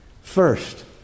first